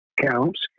counts